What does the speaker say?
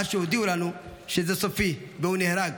עד שהודיעו לנו שזה סופי והוא נהרג.